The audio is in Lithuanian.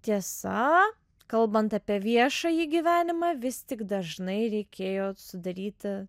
tiesa kalbant apie viešąjį gyvenimą vis tik dažnai reikėjo sudaryti